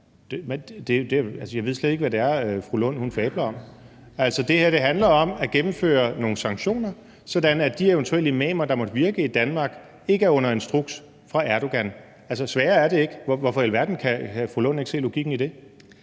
Jeg ved slet ikke, hvad det er, fru Rosa Lund fabler om. Altså, det her handler om at gennemføre nogle sanktioner, sådan at de eventuelle imamer, der måtte virke i Danmark, ikke er under instruks fra Erdogan – altså, sværere er det ikke. Hvorfor i alverden kan fru Rosa Lund ikke se logikken i det?